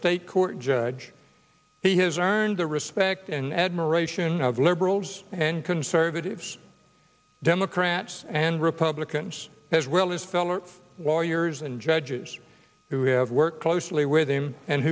state court judge he has earned the respect and admiration of liberals and conservatives democrats and republicans as well as beller lawyers and judges who have worked closely with him and